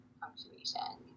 punctuation